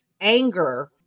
anger